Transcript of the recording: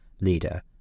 leader